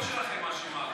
התקשורת שלכם אשמה.